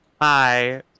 hi